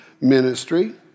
ministry